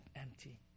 empty